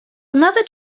nawet